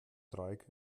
dreieck